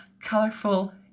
colorful